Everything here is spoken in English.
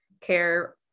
care